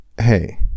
hey